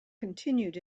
continued